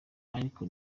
ariko